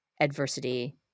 adversity